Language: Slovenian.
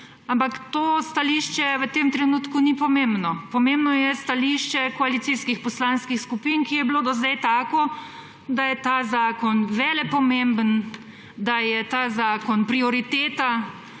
Ampak to stališče v tem trenutku ni pomembno. Pomembno je stališče koalicijskih poslanskih skupin, ki je bilo do zdaj tako, da je ta zakon velepomemben, da je ta zakon prioriteta,